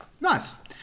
Nice